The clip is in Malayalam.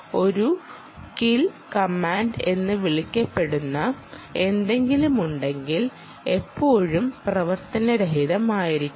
ഒരു കിൽ കമാൻഡ് എന്ന് വിളിക്കപ്പെടുന്ന എന്തെങ്കിലുമുണ്ടെങ്കിൽ എപ്പോഴും പ്രവർത്തനരഹിതമായിരിക്കണം